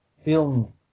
Film